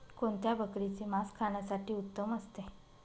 कोणत्या बकरीचे मास खाण्यासाठी उत्तम असते?